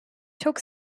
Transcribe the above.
çok